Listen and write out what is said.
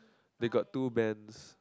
they got two bands